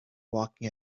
walking